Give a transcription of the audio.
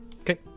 okay